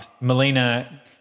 Melina